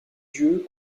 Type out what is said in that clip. yeux